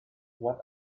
what